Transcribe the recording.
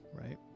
right